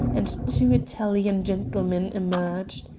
and two italian gentlemen emerged.